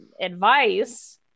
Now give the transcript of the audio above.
advice